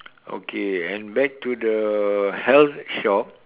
okay and back to the health shop